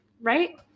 Right